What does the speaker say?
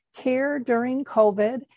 careduringcovid